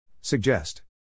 Suggest